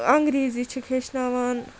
انٛگریٖزی چھِکھ ہیٚچھناوان